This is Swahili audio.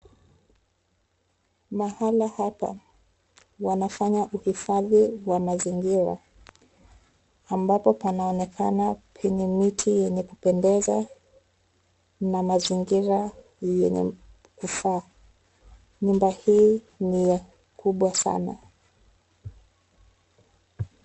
Mahala hapa wanafanya uhifadhi wa mazingira, ambapo panaonekana penye miti yenye kupendeza na mazingira yenye kufaa. Nyumba hii ni kubwa sana.